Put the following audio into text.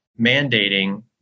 mandating